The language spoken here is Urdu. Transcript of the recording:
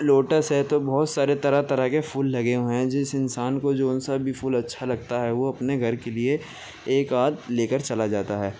لوٹس ہے تو بہت سارے طرح طرح کے پھول لگے ہوئے ہیں جس انسان کو جون سا بھی پھول اچھا لگتا ہے وہ اپنے گھر کے لیے ایک آدھ لے کر چلا جاتا ہے